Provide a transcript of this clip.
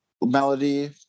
melody